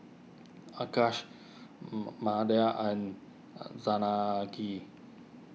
Akshay Amartya and Janaki